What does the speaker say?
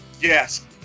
Yes